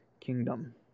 kingdom